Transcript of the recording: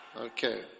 Okay